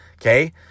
Okay